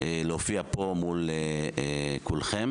להופיע פה מול כולכם.